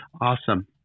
awesome